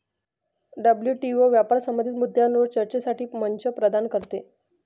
WTO व्यापार संबंधित मुद्द्यांवर चर्चेसाठी मंच प्रदान करते